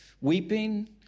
weeping